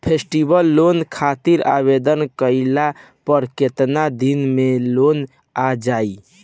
Festival loan खातिर आवेदन कईला पर केतना दिन मे लोन आ जाई?